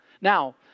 Now